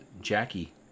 jackie